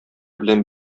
белән